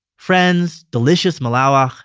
friends, delicious malawach,